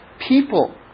people